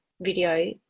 video